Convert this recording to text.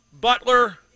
Butler